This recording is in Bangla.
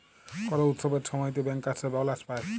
কল উৎসবের ছময়তে ব্যাংকার্সরা বলাস পায়